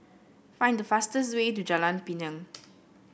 find the fastest way to Jalan Pinang